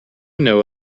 know